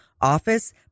office